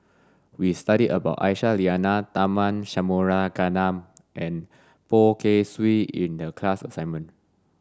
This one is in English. we studied about Aisyah Lyana Tharman Shanmugaratnam and Poh Kay Swee in the class assignment